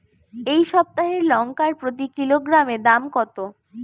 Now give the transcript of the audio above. এই সপ্তাহের লঙ্কার প্রতি কিলোগ্রামে দাম কত?